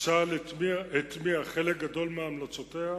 הטמיע צה"ל חלק גדול מהמלצותיה